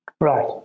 Right